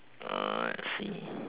err let's see